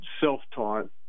self-taught